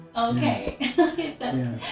Okay